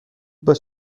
باش